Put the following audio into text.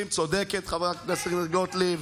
טרוריסטים, צודקת חברת הכנסת גוטליב.